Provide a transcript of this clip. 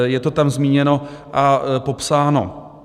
Je to tam zmíněno a popsáno.